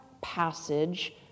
passage